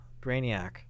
Brainiac